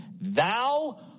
Thou